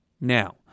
Now